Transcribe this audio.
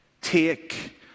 take